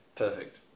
Perfect